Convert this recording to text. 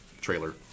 trailer